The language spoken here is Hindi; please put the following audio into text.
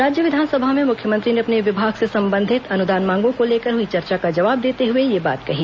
राज्य विधानसभा में मुख्यमंत्री ने अपने विभाग से संबंधित अनुदान मांगों को लेकर हुई चर्चा का जवाब देते हुए यह बात कही